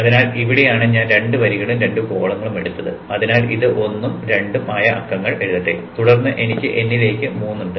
അതിനാൽ ഇവിടെയാണ് ഞാൻ 2 വരികളും 2 കോളങ്ങളും എടുത്തത് അതിനാൽ ഇത് 1 ഉം 2 ഉം ആയ അക്കങ്ങൾ എഴുതട്ടെ തുടർന്ന് എനിക്ക് n ലേക്ക് 3 ഉണ്ട്